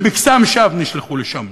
במקסם שווא, נשלחו לשם.